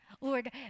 Lord